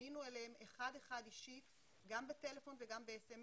ופנינו אליהם אחד-אחד אישית גם בטלפון וגם ב-SMS